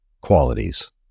qualities